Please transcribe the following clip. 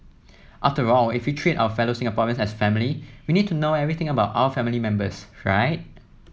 after all if we treat our fellow Singaporeans as family we need to know everything about our family members right